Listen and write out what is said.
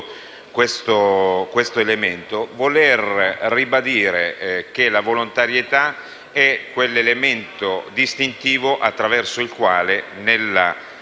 questo elemento, il fatto che la volontarietà è quell'elemento distintivo attraverso il quale nella